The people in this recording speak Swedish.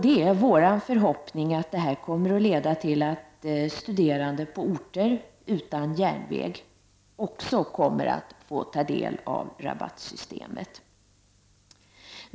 Det är vår förhoppning att detta kommer att leda till att studerande på orter utan järnväg också kommer att få del av rabattsystemet.